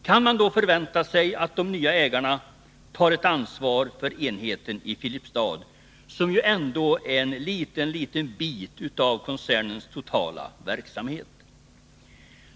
Kan man då förvänta sig att de nya ägarna tar ett ansvar för enheten i Filipstad, som ändå omfattar en mycket liten bit av koncernens totala verksamhet?